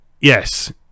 Yes